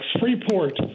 Freeport